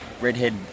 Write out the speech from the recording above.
redhead